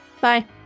Bye